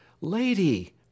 Lady